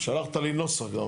שלחת לי נוסח.